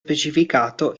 specificato